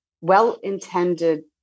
well-intended